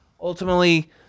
ultimately